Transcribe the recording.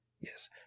Yes